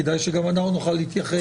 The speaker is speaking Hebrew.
כדאי שגם אנחנו נוכל להתייחס.